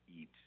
eat